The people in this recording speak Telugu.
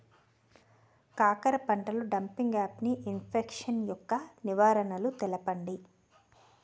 కాకర పంటలో డంపింగ్ఆఫ్ని ఇన్ఫెక్షన్ యెక్క నివారణలు తెలపండి?